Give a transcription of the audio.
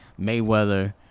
Mayweather